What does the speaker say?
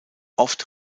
oft